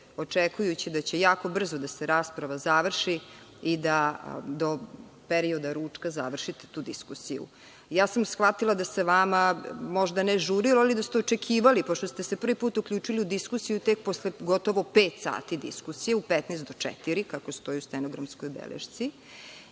očekujući da će jako brzo da se rasprava završi i da perioda ručka završite tu diskusiju. Ja sam shvatila da se vama, možda ne žurilo, ali da ste očekivali, pošto ste se prvi put uključili u diskusiju tek posle gotovo pet sati diskusije, u 15.45 časova, kako stoji u stenografskoj belešci,